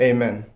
Amen